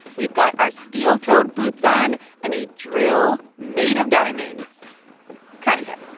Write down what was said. we've got our steel-toed boots on and a drill made of diamonds kind of